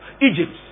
Egypt